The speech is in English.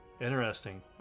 Interesting